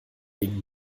wegen